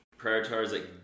prioritize